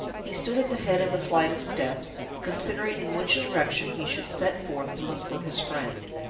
he stood at the head of the flight of steps considering in which direction he should set forth to look for his friend.